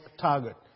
target